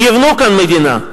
הם יבנו כאן מדינה,